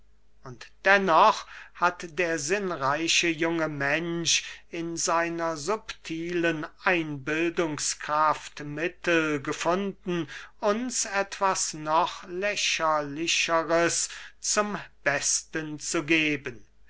und dennoch hat der sinnreiche junge mensch in seiner subtilen einbildungskraft mittel gefunden uns etwas noch lächerlicheres zum besten zu geben